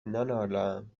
ننالم